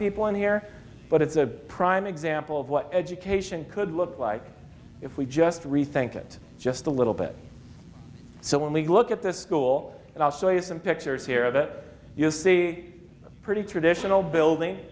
people in here but it's a prime example of what education could look like if we just rethink it just a little bit so when we look at this school and i'll show you some pictures here that you see pretty traditional building